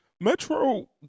Metro